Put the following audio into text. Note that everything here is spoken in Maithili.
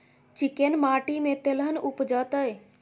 चिक्कैन माटी में तेलहन उपजतै?